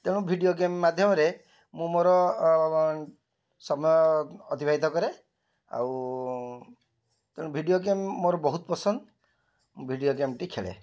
ତେଣୁ video game ମାଧ୍ୟମରେ ମୁଁ ମୋର ସମୟ ଅତିବାହିତ କରେ ଆଉ ତେଣୁ ଭିଡ଼ିଓ ଗେମ୍ ମୋର ବହୁତ ପସନ୍ଦ ଭିଡ଼ିଓ ଗେମ୍ଟି ଖେଳେ